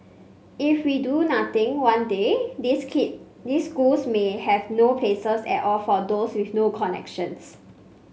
if we do nothing one day these schools may have no places at all for those with no connections